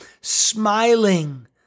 smiling